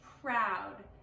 proud